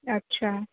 اچھا